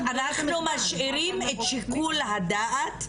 אז אנחנו משאירים את שיקול הדעת,